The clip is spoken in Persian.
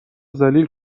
ذلیل